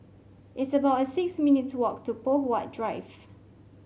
it's about six minutes' walk to Poh Huat Drive